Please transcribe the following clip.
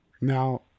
now